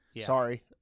Sorry